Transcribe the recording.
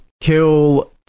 kill